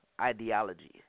ideology